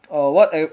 orh what are you